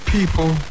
People